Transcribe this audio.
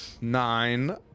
Nine